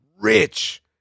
rich